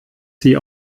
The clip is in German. sie